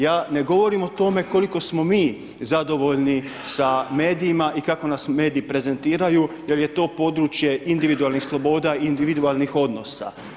Je ne govorim o tome koliko smo mi zadovoljni sa medijima i kako nas mediji prezentiraju jer je to područje individualnih sloboda i individualnih odnosa.